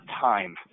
time